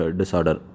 disorder